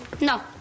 No